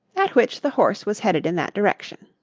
at which the horse was headed in that direction.